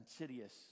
insidious